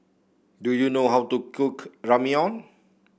do you know how to cook Ramyeon